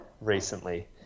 recently